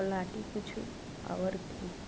बात ही कुछ और थी